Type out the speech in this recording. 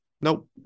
Nope